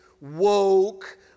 woke